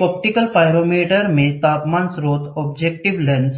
एक optical pyrometer में तापमान स्रोत ऑब्जेक्टिव लेंस